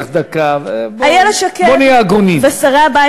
ורק, ורק,